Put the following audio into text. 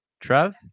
Trev